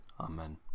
Amen